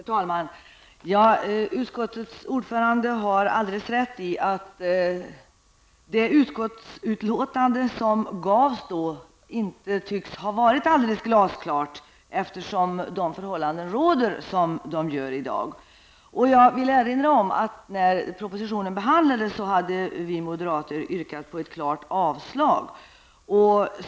Herr talman! Utskottets ordförande har alldeles rätt i att det utskottsbetänkande som förelåg i fjol inte tycks ha varit alldeles glasklart, eftersom förhållandena är sådana som de är i dag. Jag vill erinra om att när propositionen behandlades yrkade vi moderater på ett klart avslag.